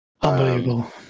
Unbelievable